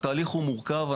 התהליך מורכב.